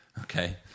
Okay